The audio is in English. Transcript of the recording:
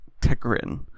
Tegrin